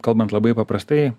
kalbant labai paprastai